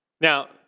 Now